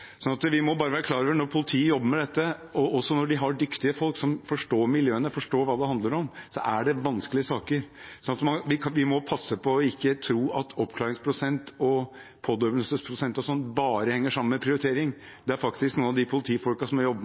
Vi må bare være klar over at når politiet jobber med dette, også når de har dyktige folk som forstår miljøene og forstår hva det handler om, så er det vanskelige saker. Vi må passe på ikke å tro at oppklaringsprosent og pådømmelsesprosent og sånt bare henger sammen med prioritering. Noen av de politifolkene som